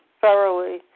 thoroughly